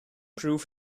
prove